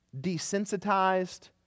desensitized